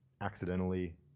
accidentally